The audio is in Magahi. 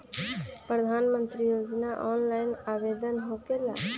प्रधानमंत्री योजना ऑनलाइन आवेदन होकेला?